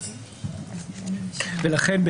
לכן,